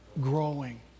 growing